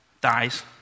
dies